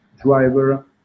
driver